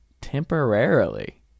temporarily